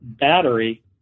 battery